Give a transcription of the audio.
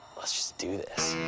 let's just do this.